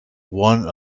one